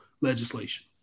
legislation